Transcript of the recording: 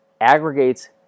aggregates